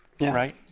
Right